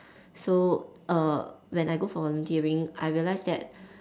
so err when I go volunteering I realise that